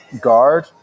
guard